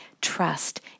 trust